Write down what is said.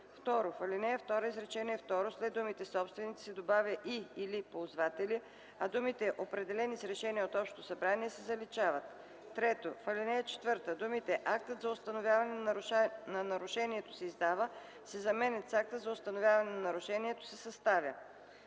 В ал. 2, изречение второ след думите „собственици” се добавя „и/или ползватели”, а думите „определени с решение на общото събрание” се заличават. 3. В ал. 4 думите „Актът за установяване на нарушението се издава” се заменят с „Актът за установяване на нарушението се съставя”.